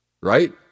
right